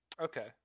Okay